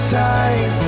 time